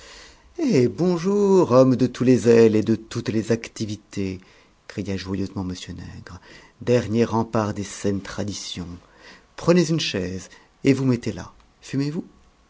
eh bonjour homme de tous les zèles et de toutes les activités cria joyeusement m nègre dernier rempart des saines traditions prenez une chaise et vous mettez là fumez vous